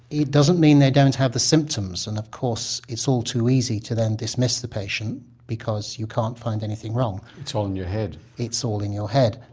it doesn't mean they don't have the symptoms and of course it's all too easy to then dismiss the patient because you can't find anything wrong. it's all in your head. it's all in your head.